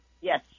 Yes